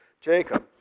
Jacob